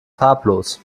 farblos